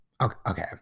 Okay